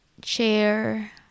chair